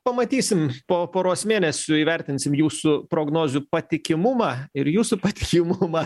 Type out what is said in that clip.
pamatysim po poros mėnesių įvertinsim jūsų prognozių patikimumą ir jūsų patikimumą